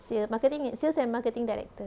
sal~ marketing and sales and marketing director